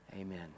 Amen